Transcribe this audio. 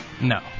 No